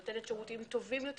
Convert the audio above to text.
נותנת שירותים טובים יותר